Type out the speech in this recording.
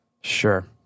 Sure